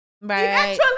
right